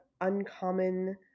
uncommon